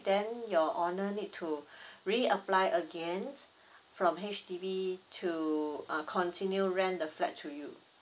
then your owner need to reapply again from H_D_B to uh continue rent the flat to you